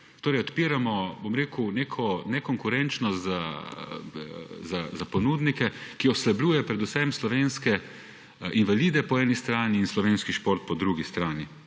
trg? Odpiramo neko nekonkurenčnost za ponudnike, ki slabi predvsem slovenske invalide po eni strani in slovenski šport po drugi strani.